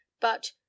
But